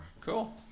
Cool